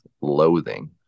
loathing